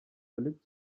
völlig